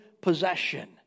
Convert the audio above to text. possession